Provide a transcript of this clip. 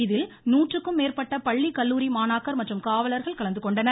இதில் நூற்றுக்கும் மேற்பட்ட பள்ளி கல்லூரி மாணாக்கர் மற்றும் காவலர்கள் கலந்து கொண்டனர்